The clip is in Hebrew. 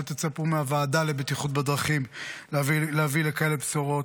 אל תצפו מהוועדה לבטיחות בדרכים להביא לכאלה בשורות.